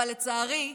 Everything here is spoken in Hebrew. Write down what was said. אבל לצערי,